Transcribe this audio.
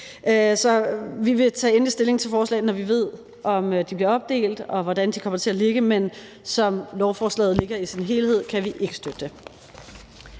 Vi vil tage endelig stilling til forslaget, når vi ved, om det bliver opdelt, og hvordan de kommer til at ligge, men som lovforslaget ligger i sin helhed, kan vi ikke støtte